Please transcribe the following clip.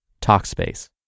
Talkspace